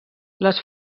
les